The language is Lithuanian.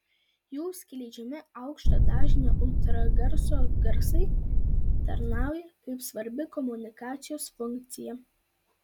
jų skleidžiami aukšto dažnio ultragarso garsai tarnauja kaip svarbi komunikacijos funkcija